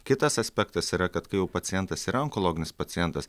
kitas aspektas yra kad kai jau pacientas yra onkologinis pacientas